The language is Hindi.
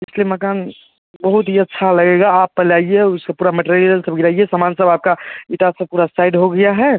इस लिए मकान बहुत ही अच्छा लगेगा आप पहले आइए उसका पूरा मेटेरियल सब गिराइए सामान सब आपका ईंटां सब पूरा साइड हो गया है